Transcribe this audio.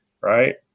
right